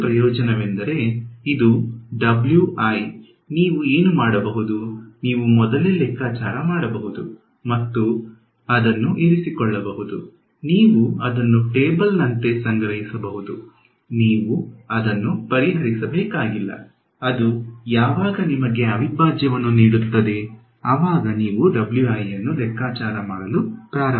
ಇನ್ನೊಂದು ಪ್ರಯೋಜನವೆಂದರೆ ಇದು ನೀವು ಏನು ಮಾಡಬಹುದು ನೀವು ಮೊದಲೇ ಲೆಕ್ಕಾಚಾರ ಮಾಡಬಹುದು ಮತ್ತು ಅದನ್ನು ಇರಿಸಿಕೊಳ್ಳಬಹುದು ನೀವು ಅದನ್ನು ಟೇಬಲ್ನಂತೆ ಸಂಗ್ರಹಿಸಬಹುದು ನೀವು ಅದನ್ನು ಪರಿಹರಿಸಬೇಕಾಗಿಲ್ಲ ಅದು ಯಾವಾಗ ನಿಮಗೆ ಅವಿಭಾಜ್ಯವನ್ನು ನೀಡುತ್ತದೆ ಅವಾಗ ನೀವು wi ಅನ್ನು ಲೆಕ್ಕಾಚಾರ ಮಾಡಲು ಪ್ರಾರಂಭಿಸಬೇಕು